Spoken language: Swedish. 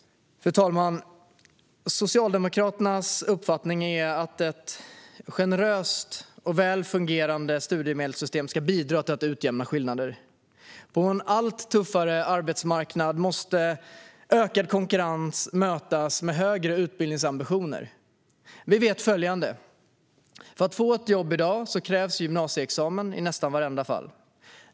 Fru talman! Socialdemokraternas uppfattning är att ett generöst och väl fungerade studiemedelssystem ska bidra till att utjämna skillnader. På en allt tuffare arbetsmarknad måste ökad konkurrens mötas med högre utbildningsambitioner. Vi vet följande: För att få ett jobb i dag krävs gymnasieexamen i nästan varje fall.